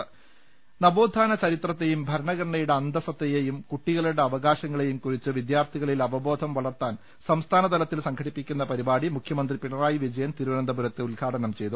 ലലലലലലലലലലലല നവോത്ഥാന ചരിത്രത്തെയും ഭരണഘടനയുടെ അന്ത സ്സ്ത്തെയെയും കുട്ടികളുടെ അവകാശങ്ങളെയും കുറിച്ച് വിദ്യാർത്ഥികളിൽ അവബോധം വളർത്താൻ സംസ്ഥാന തലത്തിൽ സംഘിടിപ്പിക്കുന്ന പരിപാടി മുഖ്യമന്ത്രി പിണ റായി വിജയൻ തിരുവനന്തപുരത്ത് ഉദ്ഘാടനം ചെയ്തു